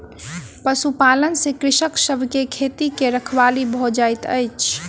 पशुपालन से कृषक सभ के खेती के रखवाली भ जाइत अछि